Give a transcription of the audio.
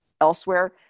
elsewhere